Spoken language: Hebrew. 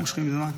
מושכים זמן.